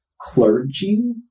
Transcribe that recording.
clergy